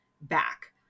back